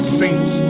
saints